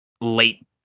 late